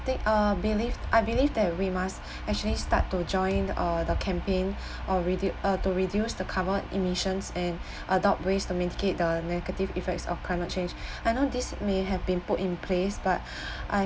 they uh believed I believe that we must actually start to join uh the campaign or redu~ to reduce the carbon emissions and adopt ways to mitigate the negative effects of climate change I know this may have been put in place but I